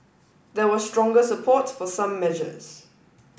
there was stronger support for some measures